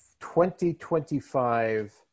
2025